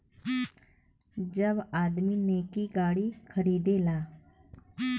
जब आदमी नैकी गाड़ी खरीदेला